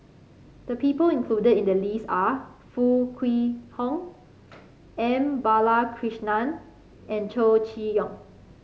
the people included in the list are Foo Kwee Horng M Balakrishnan and Chow Chee Yong